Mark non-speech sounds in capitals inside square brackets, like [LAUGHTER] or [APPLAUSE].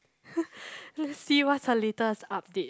[LAUGHS] let's see what's her latest update